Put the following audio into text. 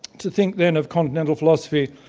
to think then of continental philosophy,